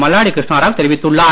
மல்லாடி கிருஷ்ணாராவ் தெரிவித்துள்ளார்